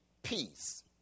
Peace